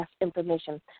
information